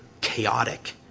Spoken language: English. chaotic